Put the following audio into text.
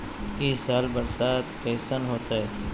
ई साल बरसात कैसन होतय?